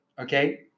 okay